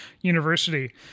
university